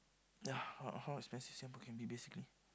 ya how how expensive Singapore can be basically